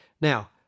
Now